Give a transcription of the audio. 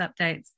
updates